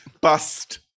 bust